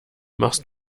machst